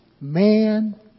man